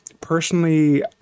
Personally